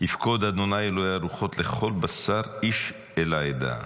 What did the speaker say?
"יפקד ה' אלהי הרוחֹת לכל בשר איש על העדה,